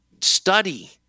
Study